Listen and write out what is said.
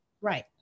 Right